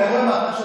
לא, לא למדו.